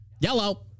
Yellow